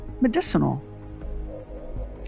medicinal